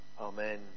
Amen